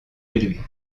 élevé